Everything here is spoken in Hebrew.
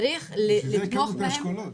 צריך --- לשם כך הקמנו את האשכולות.